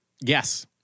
Yes